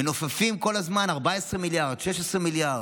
מנופפים כל הזמן, 14 מיליארד, 16 מיליארד.